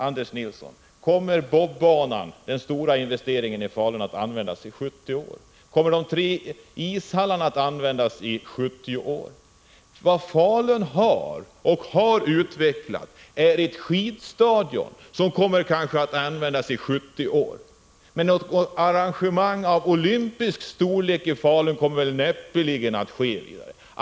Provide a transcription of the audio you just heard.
Anders Nilsson, kommer bob-banan, den stora investeringen i Falun, att användas i 70 år? Kommer de tre ishallarna att användas i 70 år? Vad Falun har utvecklat är ett skidstadion, som kanske kommer att användas i 70 år. Men något arrangemang av olympisk storlek kommer näppeligen att ske i Falun.